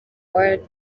wacu